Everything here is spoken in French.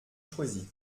choisi